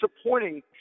disappointing